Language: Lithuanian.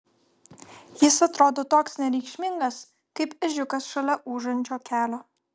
jis atrodo toks nereikšmingas kaip ežiukas šalia ūžiančio kelio